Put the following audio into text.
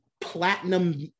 platinum